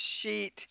sheet